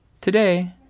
today